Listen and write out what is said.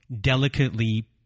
delicately